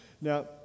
Now